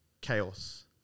chaos